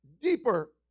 deeper